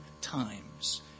times